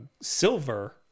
Silver